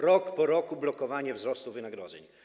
Rok po roku było blokowanie wzrostu wynagrodzeń.